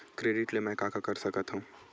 Credit ले मैं का का कर सकत हंव?